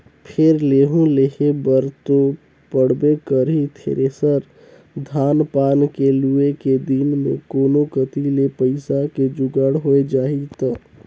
फेर लेहूं लेहे बर तो पड़बे करही थेरेसर, धान पान के लुए के दिन मे कोनो कति ले पइसा के जुगाड़ होए जाही त